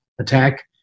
attack